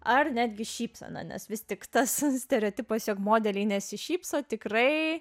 ar netgi šypseną nes vis tik tas stereotipas jog modeliai nesišypso tikrai